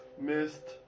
Missed